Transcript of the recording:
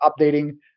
updating